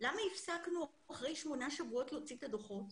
למה הפסקנו אחרי שמונה שבועות להוציא את הדוחות?